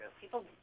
People